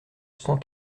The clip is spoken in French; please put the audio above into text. cent